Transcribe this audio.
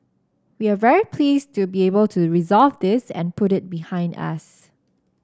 we're very pleased to be able to resolve this and put it behind us